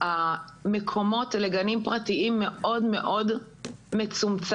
מספר המקומות לגנים פרטיים מאוד מאוד מצומצמים